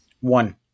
One